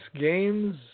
games